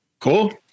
cool